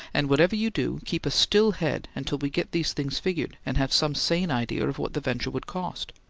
and whatever you do, keep a still head until we get these things figured, and have some sane idea of what the venture would cost.